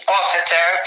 officer